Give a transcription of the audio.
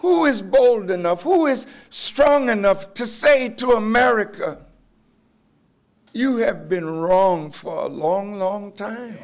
who is bold enough who is strong enough to say to america you have been wrong for a long long time